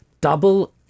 double